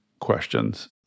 questions